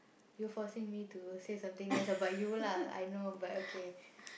you forcing me to say something nice about you lah I know but okay